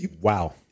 Wow